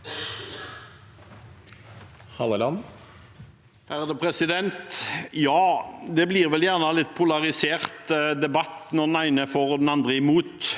Det blir gjerne en litt polarisert debatt når den ene er for og den andre imot.